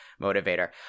motivator